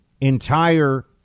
entire